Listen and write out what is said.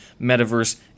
metaverse